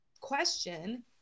question